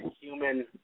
Human